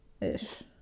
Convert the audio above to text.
Ish